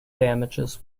damages